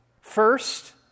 first